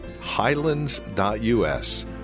highlands.us